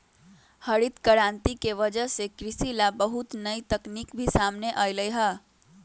हरित करांति के वजह से कृषि ला बहुत नई तकनीक भी सामने अईलय है